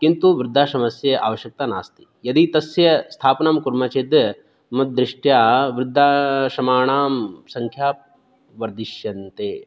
किन्तु वृद्धाश्रमस्य आवश्यकता नास्ति यदि तस्य स्थापनं कुर्मः चेत् मत् दृष्ट्या वृद्धाश्रमाणां सङ्ख्या वर्धिष्यन्ते